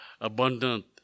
abundant